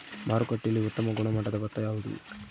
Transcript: ಮಾರುಕಟ್ಟೆಯಲ್ಲಿ ಉತ್ತಮ ಗುಣಮಟ್ಟದ ಭತ್ತ ಯಾವುದು?